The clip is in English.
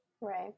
Right